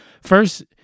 First